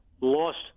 lost